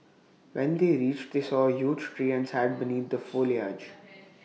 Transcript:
when they reached they saw A huge tree and sat beneath the foliage